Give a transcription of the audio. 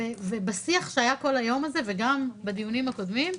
בשיח שהיה כל היום הזה, וגם בדיונים הקודמים,